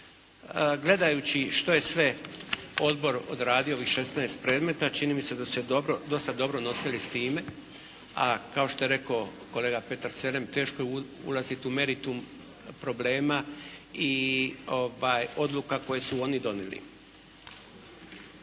Gledajući što je sve odbor odradio ovih šesnaest predmeta čini mi se da su se dosta dobra nosili s time. A kao što je rekao kolega Petar Selem teško je ulaziti u meritum problema i odluka koje su oni donijeli.